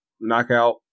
knockout